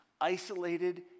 isolated